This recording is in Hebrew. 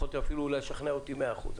הייתם יכולים אפילו לשכנע אותי במאה אחוז.